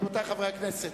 רבותי חברי הכנסת,